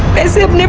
as if